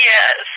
Yes